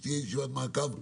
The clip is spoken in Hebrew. שתהיה ישיבת מעקב נוספת,